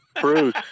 Bruce